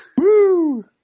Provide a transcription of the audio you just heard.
Woo